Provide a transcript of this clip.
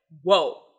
whoa